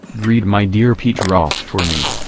greet my dear peterhof for me.